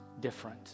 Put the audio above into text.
different